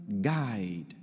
guide